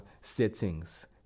settings